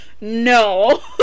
no